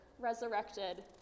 Resurrected